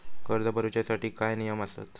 कर्ज भरूच्या साठी काय नियम आसत?